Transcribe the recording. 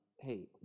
Hey